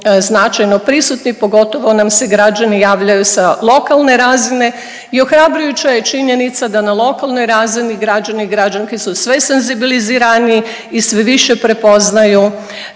značajno prisutni. Pogotovo nam se građani javljaju sa lokalne razine i ohrabrujuća je činjenica da na lokalnoj razini građani i građanke su sve senzibiliziraniji i sve više prepoznaju